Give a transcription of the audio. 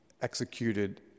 executed